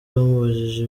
bamubajije